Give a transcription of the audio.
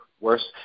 worse